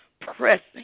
pressing